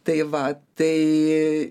tai va tai